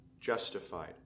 justified